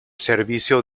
servicio